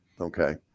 Okay